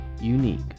unique